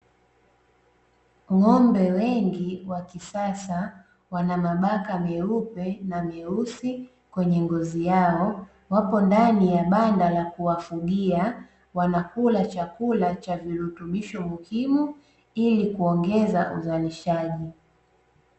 Ng'ombe wengi wa kisasa wana mabaka meupe na meusi kwenye ngozi yao wapo ndani ya banda la kuwafugia, wanakula chakula cha virutubisho muhimu ili kuongeza uzalishaji.